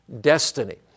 destiny